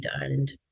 Ireland